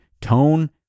tone